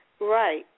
Right